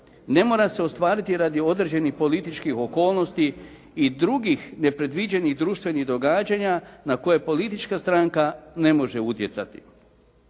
ne mora se ostvariti radi određenih političkih okolnosti i drugih nepredviđenih društvenih događanja na koje politička stranka ne može utjecati.